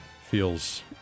feels